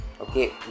okay